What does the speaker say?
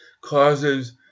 causes